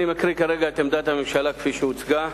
אני מקריא כרגע את עמדת הממשלה כפי שהוצגה.